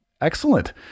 Excellent